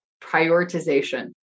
prioritization